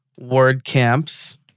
WordCamps